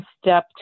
Step